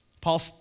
Paul